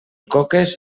coques